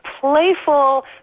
playful